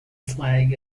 flag